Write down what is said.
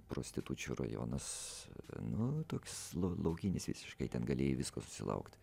prostitučių rajonas nu toks laukinis visiškai ten galėjai visko susilaukt